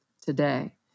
today